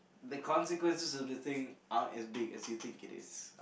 the consequences of the thing aren't as big as you think it is